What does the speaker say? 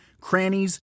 crannies